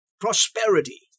prosperity